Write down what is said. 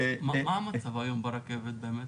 מה המצב היום ברכבת באמת?